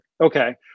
Okay